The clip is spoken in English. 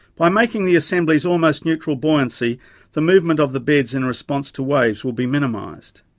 by making the assemblies almost neutral buoyancy the movement of the beds in response to waves will be minimised.